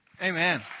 Amen